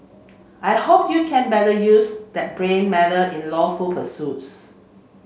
I hope you can better use that brain matter in lawful pursuits